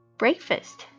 breakfast